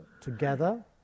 together